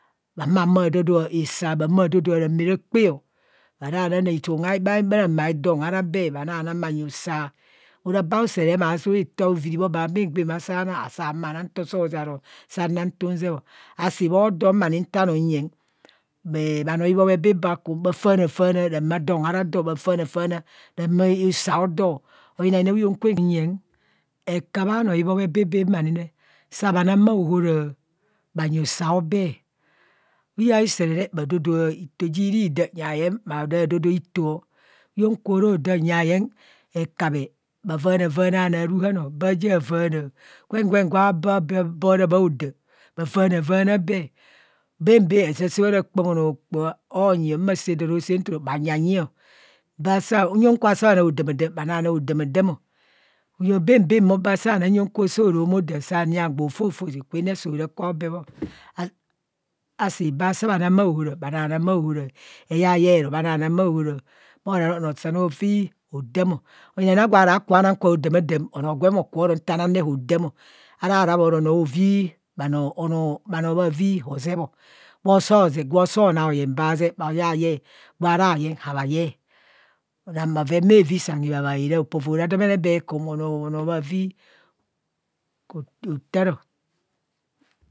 Bhahumahu bhadadoa isaa, bhahumo bhadodoa ramaarataa o bha nana litum bha ramaadon haraa bee, bha nana bhanyi usa ora bha ukeree re ma bha eto aviviri bho ma saa nana saa humo enam nto soo zeeb saro nsaa na nto sung zeebo. Asi bhodo mani nta num nyeng bha nro ibhobhe bee bha kum bha faana ramaadon ara dọo bha faana faana ramaa usa odoo ayina yina huyeng kwen nyeng hekabhe. anoo ibhobhe bee baam ané saa bha nan bhaohora bhanyi usa aobee iye usere re bhadodoa ita ji ri daramo nyayen bha dadodoa ito, huyeng kworo daam nyayeng hekabhe bha vaana vaanna bhanoo aruhanọ bhaja vaana gwen gwen gwa bhabee hobo hora bee bhoada bha vaana vaana bee. Baan baan asaa saa bho ara kpam onro okpoho ma saa don anaosaa nturu bhanyanyio. nyang kwa saa bha naa odamadam maa nana odumadam, baamo bha saa bha naa nto soo ro mo daam saa nye agwo ofofo oshi kwen ne so ro kwa abee bho. Asi bha saa na bhaohora saa bha na bhaohora, eyaye eroa bhanana bhaohora, bhoraro anro saan ovi hodam ọ oyinayina gwa ra ku bha nang kwo aodamamadam, onoo gwem oro nta nang re hodamo, ora horabhoro onoo bhavii hozebo gwo soo na ayen bhazee bhayaye, gwa ra yeng habha yee, anang bheven bhavi son. hibhabhaa haaraa, apovora adomene bee kum noo bhanoo bhavi kotaaro.